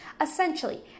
Essentially